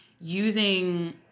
using